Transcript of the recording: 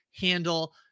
handle